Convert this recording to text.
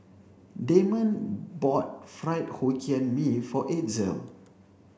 Damon bought fried Hokkien Mee for Itzel